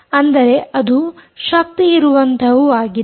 ಅಂದರೆ ಅದು ಶಕ್ತಿ ಇರುವಂತಹವು ಆಗಿದೆ